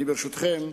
ברשותכם,